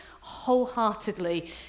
wholeheartedly